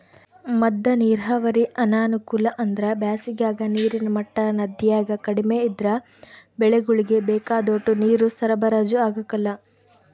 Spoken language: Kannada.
ಮದ್ದ ನೀರಾವರಿ ಅನಾನುಕೂಲ ಅಂದ್ರ ಬ್ಯಾಸಿಗಾಗ ನೀರಿನ ಮಟ್ಟ ನದ್ಯಾಗ ಕಡಿಮೆ ಇದ್ರ ಬೆಳೆಗುಳ್ಗೆ ಬೇಕಾದೋಟು ನೀರು ಸರಬರಾಜು ಆಗಕಲ್ಲ